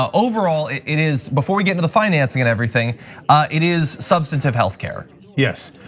overall it it is, before we get to the financing and everything it is substantive healthcare yes,